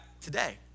today